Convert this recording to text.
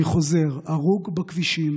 אני חוזר: הרוג בכבישים